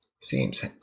seems